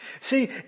See